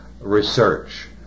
research